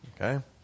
Okay